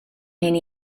iddi